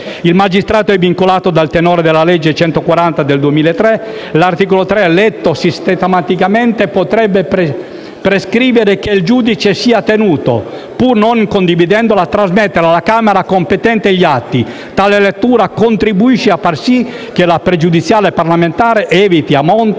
Il magistrato è vincolato dal tenore della legge n. 140 del 2003; l'articolo 3, letto sistematicamente, potrebbe prescrivere che il giudice sia tenuto - pur non condividendolo - a trasmettere alla Camera competente gli atti. Tale lettura contribuisce a far sì che la pregiudiziale parlamentare eviti a monte